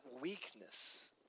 weakness